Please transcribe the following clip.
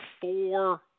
four